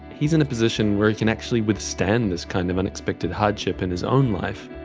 he's in a position where he can actually withstand this kind of unexpected hardship in his own life,